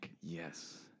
Yes